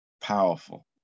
powerful